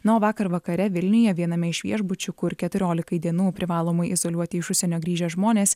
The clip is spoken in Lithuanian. na o vakar vakare vilniuje viename iš viešbučių kur keturiolikai dienų privalomai izoliuoti iš užsienio grįžę žmonės